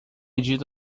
dito